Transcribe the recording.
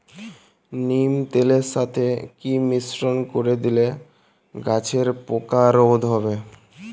নিম তেলের সাথে কি মিশ্রণ করে দিলে গাছের পোকা রোধ হবে?